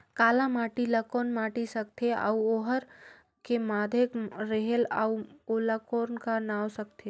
काला माटी ला कौन माटी सकथे अउ ओहार के माधेक रेहेल अउ ओला कौन का नाव सकथे?